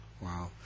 Wow